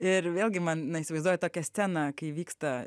ir vėlgi man na įsivaizduoju tokią sceną kai vyksta